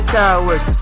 towers